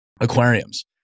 aquariums